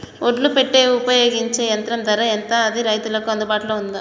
ఒడ్లు పెట్టే ఉపయోగించే యంత్రం ధర ఎంత అది రైతులకు అందుబాటులో ఉందా?